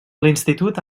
l’institut